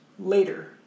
later